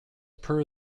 per